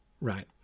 right